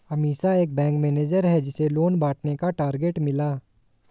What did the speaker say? अमीषा एक bank manager है जिसे लोन बांटने का टारगेट मिला